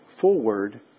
forward